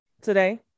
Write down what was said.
today